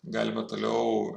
galima toliau